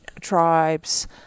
tribes